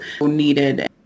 needed